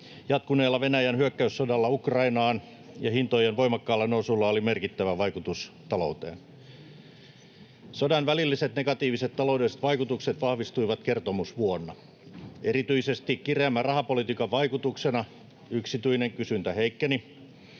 jatkuneella Venäjän hyökkäyssodalla Ukrainaan ja hintojen voimakkaalla nousulla oli merkittävä vaikutus talouteen. Sodan välilliset negatiiviset taloudelliset vaikutukset vahvistuivat kertomusvuonna. Erityisesti kireämmän rahapolitiikan vaikutuksena yksityinen kysyntä heikkeni.